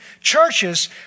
churches